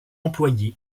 employé